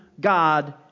God